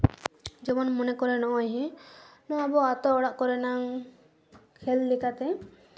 ᱡᱮᱢᱚᱱ ᱢᱚᱱᱮ ᱠᱚᱨᱮ ᱱᱚᱜᱼᱚᱸᱭ ᱱᱚᱣᱟ ᱟᱵᱚ ᱟᱛᱳ ᱚᱲᱟᱜ ᱠᱚᱨᱮᱱᱟᱝ ᱠᱷᱮᱞ ᱞᱮᱠᱟᱛᱮ